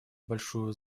большую